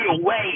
away